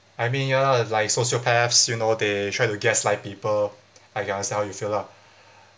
I mean ya lah like sociopaths you know they try to gaslight people I can understand how you feel lah